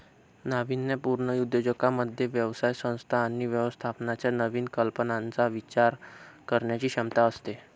नाविन्यपूर्ण उद्योजकांमध्ये व्यवसाय संस्था आणि व्यवस्थापनाच्या नवीन कल्पनांचा विचार करण्याची क्षमता असते